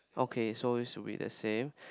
okay so it should be the same